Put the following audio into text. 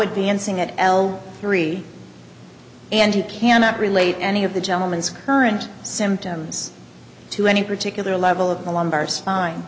sing at l three and you cannot relate any of the gentleman is current symptoms to any particular level of the lumbar spine